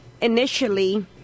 initially